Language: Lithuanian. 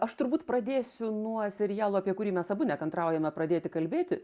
aš turbūt pradėsiu nuo serialo apie kurį mes abu nekantraujame pradėti kalbėti